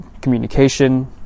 communication